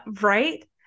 right